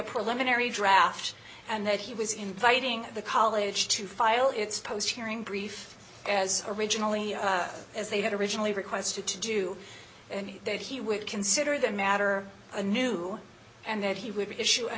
preliminary draft and that he was inviting the college to file its pros hearing brief as originally as they had originally requested to do and that he would consider the matter of a new and that he would be issue a